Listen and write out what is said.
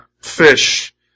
fish